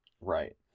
Right